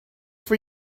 for